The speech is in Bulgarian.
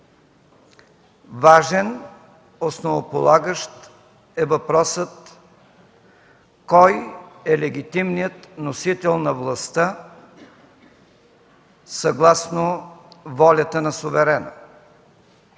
Важен, основополагащ е въпросът кой е легитимният носител на властта съгласно волята на суверена.